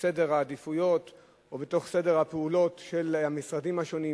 סדר העדיפויות או בתוך סדר הפעולות של המשרדים השונים.